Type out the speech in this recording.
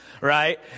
right